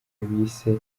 bise